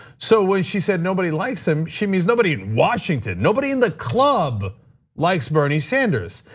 so when she said nobody likes him, she means nobody in washington, nobody in the club likes bernie sanders.